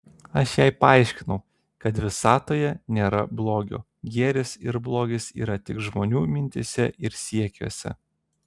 aš jai paaiškinau kad visatoje nėra blogio gėris ir blogis yra tik žmonių mintyse ir siekiuose